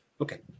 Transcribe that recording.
Okay